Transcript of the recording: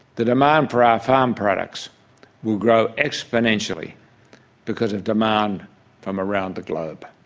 the demand for our farm products will grow exponentially because of demand from around the globe.